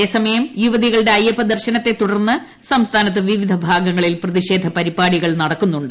അതേസമയം യുവതി കളുടെ അയ്യപ്പ ദർശ്ശ്നുത്ത് തുടർന്ന് സംസ്ഥാനത്ത് വിവിധ ഭാഗങ്ങളിൽ പ്രതിഷ്യ് പരിപാടികൾ നടക്കുന്നുണ്ട്